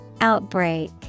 Outbreak